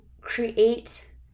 create